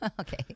Okay